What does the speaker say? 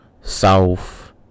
south